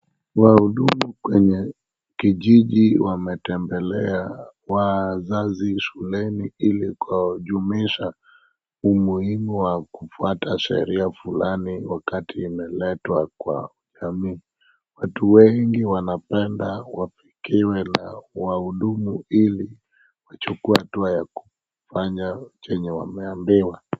Wahudumu kwenye kijiji wametembelea wazazi shuleni ili kuwajulisha umuhimu wa kufuata sheria fulani wakati imeletwa kwa jamii. Watu wengi wanapenda wapokewe na wahudumu ili wachukue hatua ya kufanya chenye wameambiwa.